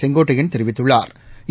செங்கோட்டையன் தெரிவித்துள்ளாா்